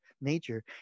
nature